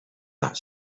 that